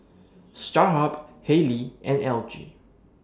Starhub Haylee and LG